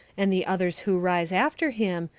and the others who rise after him,